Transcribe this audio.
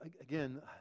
again